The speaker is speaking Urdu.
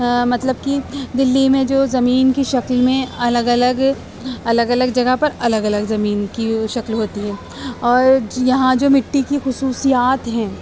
مطلب کہ دہلی میں جو زمین کی شکل میں الگ الگ الگ الگ جگہ پر الگ الگ زمین کی شکل ہوتی ہے اور یہاں جو مٹی کی خصوصیات ہیں